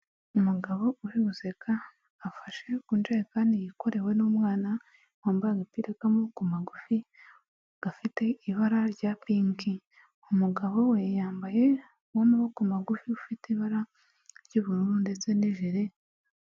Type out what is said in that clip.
Umugabo uri gseka afashe ku ijerekani yikorewe n'umwana wambaye agapira k'amaboko magufi gafite ibara rya pinki ,umugabo we yambaye uw'amaboko magufi ufite ibara ry'ubururu ndetse n' ijire.